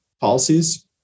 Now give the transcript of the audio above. policies